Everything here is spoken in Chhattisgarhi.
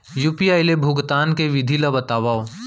यू.पी.आई ले भुगतान के विधि ला बतावव